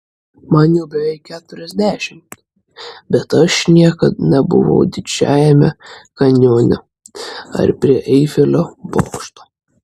man jau beveik keturiasdešimt bet aš niekad nebuvau didžiajame kanjone ar prie eifelio bokšto